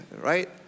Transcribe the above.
right